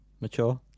Mature